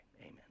Amen